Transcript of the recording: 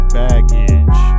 baggage